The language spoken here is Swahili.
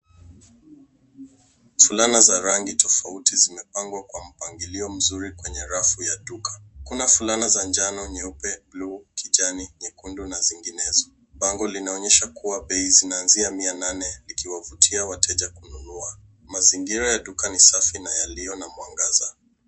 Fulana za rangi tofauti zimepangwa kwa mpangilio mzuri kwenye rafu ya duka. Kuna fulana za njano, nyeupe, buluu, kijani, nyekundu na zinginezo. Bango linaonyesha kuwa bei zinaanzia mia nane likiwavutia wateja kununua. Mazingira ya duka ni safi na yalliyo na mwangaza.